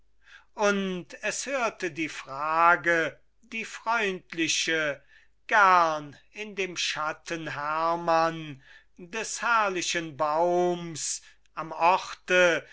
und es hörte die frage die freundliche gern in dem schatten hermann des herrlichen baums am